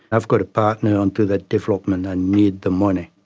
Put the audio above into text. i've got a partner on to that development and i need the money.